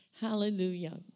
Hallelujah